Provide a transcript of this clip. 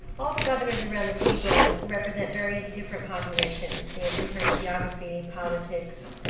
all the governors around the table represent very different populations. they have different geography, politics,